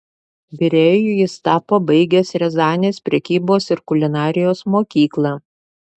virėju jis tapo baigęs riazanės prekybos ir kulinarijos mokyklą